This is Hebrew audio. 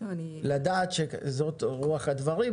לדעת שזאת רוח הדברים.